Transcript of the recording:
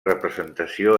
representació